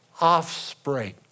offspring